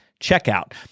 checkout